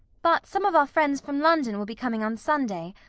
but some of our friends from london will be coming on sunday.